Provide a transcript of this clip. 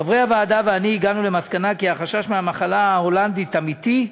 חברי הוועדה ואני הגענו למסקנה כי החשש מהמחלה ההולנדית הוא אמיתי,